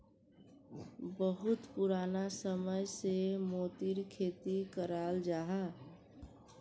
बहुत पुराना समय से मोतिर खेती कराल जाहा